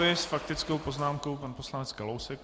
S faktickou poznámkou pan poslanec Kalousek.